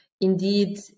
indeed